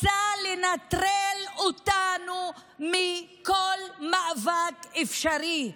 רוצה לנטרל אותנו מכל מאבק אפשרי.